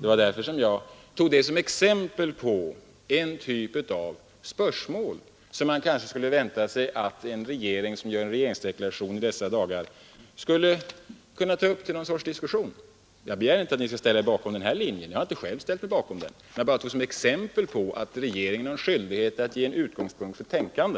Det var därför som jag tog det som exempel på en typ av spörsmål, som man kanske kunde vänta sig att en regering som avger en regeringsdeklaration i dessa dagar skulle kunna ta upp till någon sorts begrundande. Jag begär inte att ni skall ställa er bakom den här linjen, jag har inte själv ställt mig bakom den, men jag tog detta som exempel på att regeringen har en skyldighet att redovisa ett tänkande.